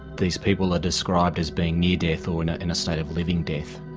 these people are described as being near death or in ah in a state of living death.